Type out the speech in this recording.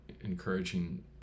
encouraging